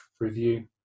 review